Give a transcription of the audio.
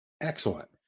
Excellent